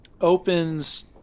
opens